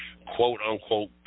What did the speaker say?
quote-unquote